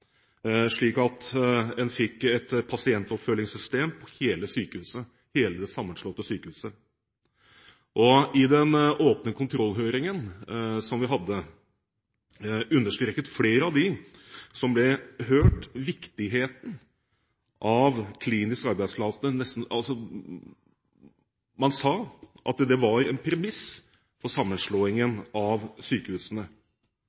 slik at en fikk et pasientoppfølgingssystem på hele det sammenslåtte sykehuset. I den åpne kontrollhøringen som vi hadde, understreket flere av dem som ble hørt, viktigheten av Klinisk arbeidsflate. Man sa at det var en premiss for